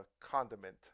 condiment